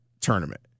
tournament